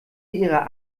ihrer